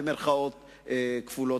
במירכאות כפולות,